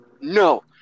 no